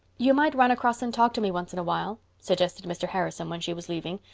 you might run across and talk to me once in a while, suggested mr. harrison when she was leaving.